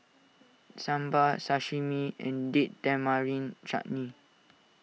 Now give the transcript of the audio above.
Sambar Sashimi and Date Tamarind Chutney